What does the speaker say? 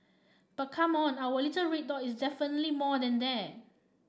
but come on our little red dot is definitely more than that